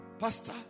Pastor